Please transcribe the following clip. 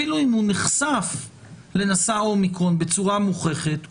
אפילו אם הוא נחשף לנשא אומיקרון בצורה מוכחת,